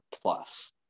plus